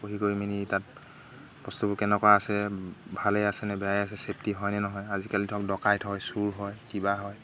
পঢ়ি কৰি মেলি তাত বস্তুবোৰ কেনেকুৱা আছে ভালেই আছেনে বেয়াই আছে ছেফটি হয়নে নহয় আজিকালি ধৰক ডকাইত হয় চুৰ হয় কিবা হয়